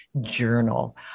journal